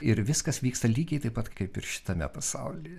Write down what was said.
ir viskas vyksta lygiai taip pat kaip ir šitame pasaulyje